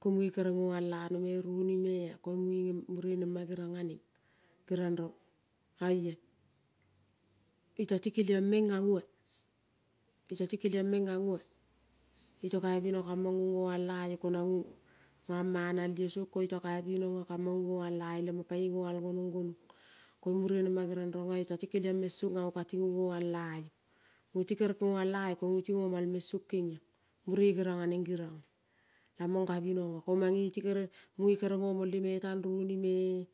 Ko mue kere ngoial lano me ronimea koiung munge ngem mure nema geriong aneng geriong rong oia. Iota ti keliang meng angoa. Iota ti kiliang meng angoa. Iota kavina kamang ngo, ngoal iaio ko nango ngang manal io song ko iota kaivin nga kamang ngoal laio lema pae ngoal gonong, gonong. Ko mure nema geriong rong ae iotati keliong meng song ango kati ngo ngoial aio. Koite kere ngoal laio ko ngo ngeti ngomal meng song kengiong. Mure geriong aneng geriong lamaing kavinoga. Komange iote kere mue kere ngo molemetang ronime.